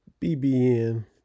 BBN